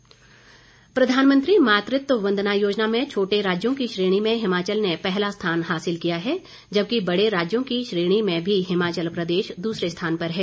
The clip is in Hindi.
मातृत्व वंदना योजना प्रधानमंत्री मातृत्व वंदना योजना में छोटे राज्यों की श्रेणी में हिमाचल ने पहला स्थान हासिल किया है जबकि बड़े राज्यों की श्रेणी में भी हिमाचल प्रदेश दूसरे स्थान पर है